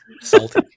salty